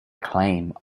claim